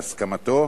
בהסכמתו,